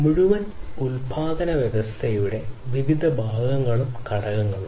മുഴുവൻ ഉൽപാദന വ്യവസ്ഥയുടെ വിവിധ ഭാഗങ്ങളും ഘടകങ്ങളും